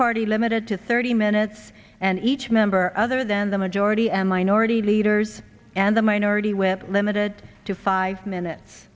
party limited to thirty minutes and each member other than the majority and minority leaders and the minority with limited to five minutes